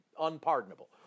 unpardonable